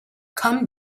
come